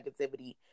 negativity